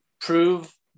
prove